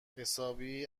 حسابی